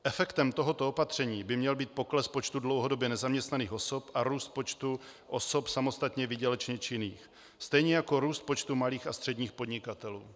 Efektem tohoto opatření by měl být pokles počtu dlouhodobě nezaměstnaných osob a růst počtu osob samostatně výdělečně činných, stejně jako růst počtu malých a středních podnikatelů.